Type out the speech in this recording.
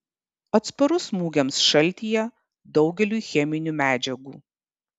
atsparus smūgiams šaltyje daugeliui cheminių medžiagų